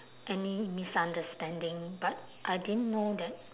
any misunderstanding but I didn't know that